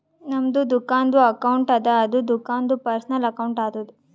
ನಮ್ದು ದುಕಾನ್ದು ಅಕೌಂಟ್ ಅದ ಅದು ದುಕಾಂದು ಪರ್ಸನಲ್ ಅಕೌಂಟ್ ಆತುದ